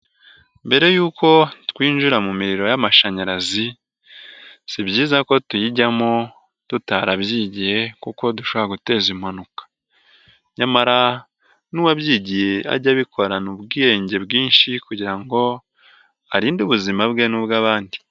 Mbere y'uko twinjira mu miriro y'amashanyarazi, si byiza ko tuyijyamo tutarabyigiye kuko dushobora guteza impanuka. Nyamara n'uwabyigiye ajya abikorana ubwige bwinshi kugira ngo arinde ubuzima bwe n'ubw'abandi.